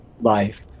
life